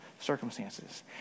circumstances